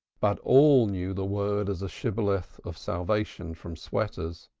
but all knew the word as a shibboleth of salvation from sweaters.